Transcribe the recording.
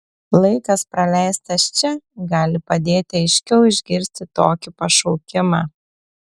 laikas praleistas čia gali padėti aiškiau išgirsti tokį pašaukimą